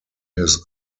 his